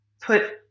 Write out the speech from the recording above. put